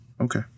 Okay